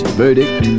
verdict